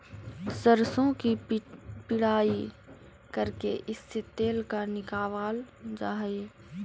सरसों की पिड़ाई करके इससे तेल निकावाल जा हई